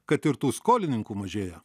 kad ir tų skolininkų mažėja